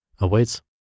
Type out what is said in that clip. awaits